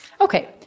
Okay